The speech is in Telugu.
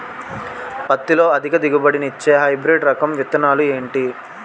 పత్తి లో అధిక దిగుబడి నిచ్చే హైబ్రిడ్ రకం విత్తనాలు ఏంటి